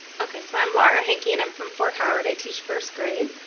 okay, so i'm laura henke and i'm from fort howard, i teach first grade.